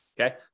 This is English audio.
okay